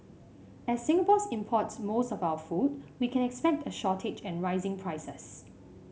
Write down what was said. as Singapore import's most of our food we can expect a shortage and rising prices